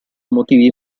motivi